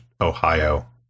Ohio